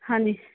ਹਾਂਜੀ